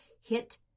hit